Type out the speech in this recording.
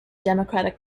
democratic